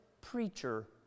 preacher